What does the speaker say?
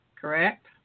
correct